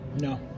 No